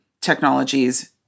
technologies